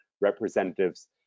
representatives